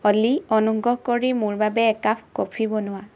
অ'লি অনুগ্ৰহ কৰি মোৰ বাবে একাপ কফি বনোৱা